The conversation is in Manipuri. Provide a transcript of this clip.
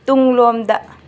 ꯇꯨꯡꯂꯣꯝꯗ